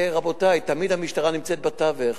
רבותי, תמיד המשטרה נמצאת בתווך.